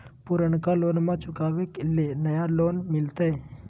पुर्नका लोनमा चुकाबे ले नया लोन मिलते?